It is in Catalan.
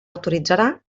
autoritzarà